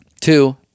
Two